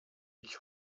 ich